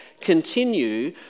continue